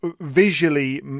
Visually